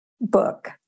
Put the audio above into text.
book